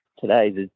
today's